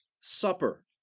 Supper